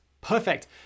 perfect